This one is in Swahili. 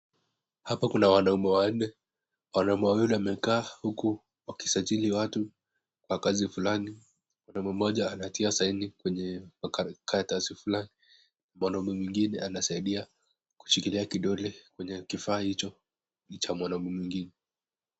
Hapa kuna wanaume wanne wanaume wawili wamekaa huku wakijazili watu kwa kazi fulani kuna mama moja anatia sahihi kwenye karatasi fulani mwanaume mwenine anasadia koshikilia kidole kwa kifaaa hicho cha mwanaume mwengine.